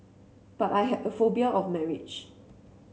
but I had a phobia of marriage